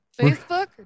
Facebook